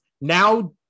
now